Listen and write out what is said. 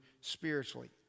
spiritually